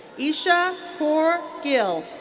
esha kaur gill.